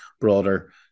broader